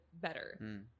better